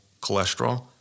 cholesterol